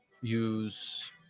use